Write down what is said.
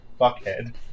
fuckhead